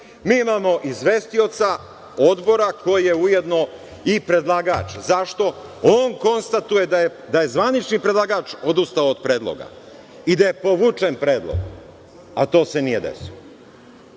imamo izvestioca Odbora koji je ujedno i predlagač. Zašto? On konstatuje da je zvanični predlagač odustao od predloga i da je povučen predlog, a to se nije desilo.